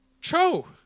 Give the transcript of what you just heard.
Cho